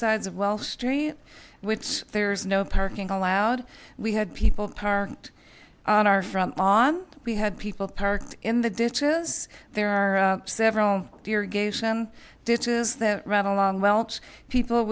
sides of welsh street which there's no parking allowed we had people parked on our front on we had people parked in the ditches there are several irrigation ditches that run along welsh people